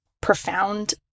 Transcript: profound